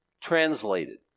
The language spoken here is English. translated